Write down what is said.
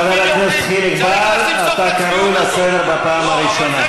חבר הכנסת חיליק בר, פעם ראשונה.